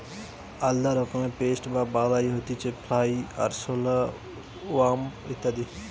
আলদা রকমের পেস্ট বা বালাই হতিছে ফ্লাই, আরশোলা, ওয়াস্প ইত্যাদি